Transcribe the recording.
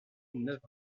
neuf